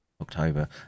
October